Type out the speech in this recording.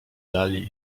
dali